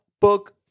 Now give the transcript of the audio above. Book